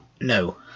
No